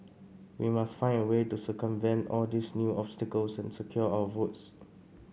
we must find a way to circumvent all these new obstacles and secure our votes